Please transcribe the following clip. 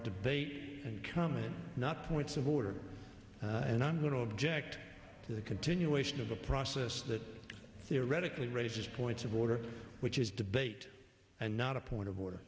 debate coming not points of order and i'm going to object to the continuation of a process that theoretically raises points of order which is debate and not a point of order